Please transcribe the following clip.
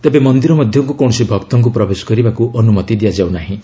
ତେବେ ମନ୍ଦିର ମଧ୍ୟକୁ କୌଣସି ଭକ୍ତଙ୍କୁ ପ୍ରବେଶ କରିବାକୁ ଅନୁମତି ଦିଆଯାଇ ନାହିଁ